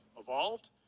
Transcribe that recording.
evolved